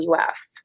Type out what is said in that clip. uf